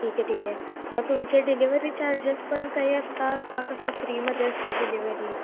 ठीक आहे ठीक आहे मग तुमचे डिलेवर्हरी चार्जेस पण काही असतात का कसं फ्रीमध्ये असते डिलेवरी